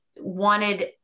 wanted